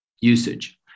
usage